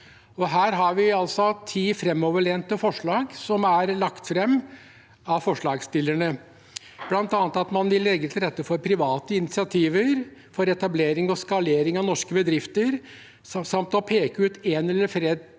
Her har vi altså ti framoverlente forslag som er lagt fram av forslagsstillerne, bl.a. at man vil legge til rette for private initiativer for etablering og skalering av norske bedrifter, samt å peke ut én eller flere